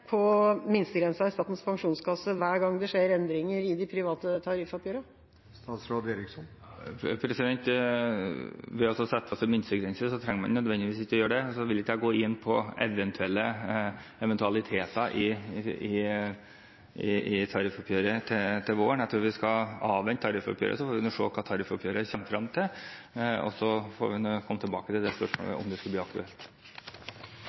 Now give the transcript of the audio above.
på minstegrensa i Statens pensjonskasse hver gang det skjer endringer i det private tariffoppgjøret? Selv om man setter en minstegrense, trenger man ikke nødvendigvis å gjøre det. Så vil ikke jeg gå inn på eventualiteter i tariffoppgjøret til våren. Jeg tror vi skal avvente tariffoppgjøret, og så får vi se hva tariffoppgjøret kommer frem til. Så får vi komme tilbake til det spørsmålet, om det skulle bli aktuelt.